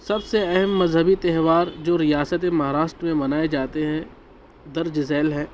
سب سے اہم مذہبی تہوار جو ریاست مہاراشٹر میں منائے جاتے ہیں درج ذیل ہیں